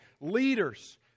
leaders